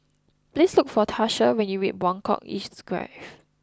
please look for Tarsha when you reach Buangkok East Drive